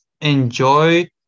enjoy